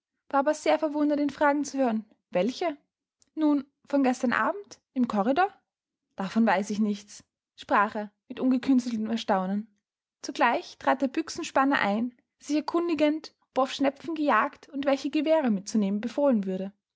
war aber sehr verwundert ihn fragen zu hören welche nun von gestern abend im corridor davon weiß ich nichts sprach er mit ungekünsteltem erstaunen zugleich trat der büchsenspanner ein sich erkundigend ob auf schnepfen gejagt und welche gewehre mitzunehmen befohlen würde